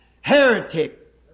heretic